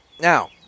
Now